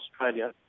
Australia